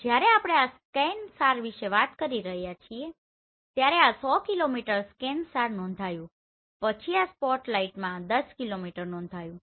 જ્યારે આપણે આ ScanSAR વિશે વાત કરી રહ્યા છીએ ત્યારે આ 100 કિલોમીટર ScanSAR નોંધાયું પછી આ સ્પોટલાઇટમાં 10 કિલોમીટરનું નોંધાયું છે